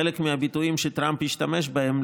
חלק מהביטויים שטראמפ השתמש בהם,